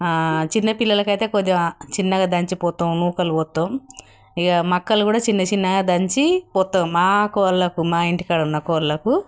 చిన్నపిల్లలకి అయితే కొద్దిగా చిన్నగా దంచి పోస్తాము నూకలు పోత్తం ఇక మక్కలు కూడా చిన్న చిన్నగా దంచి పోస్తాము మా కోళ్ళకు మా ఇంటికాడ ఉన్న కోళ్ళకు